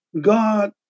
God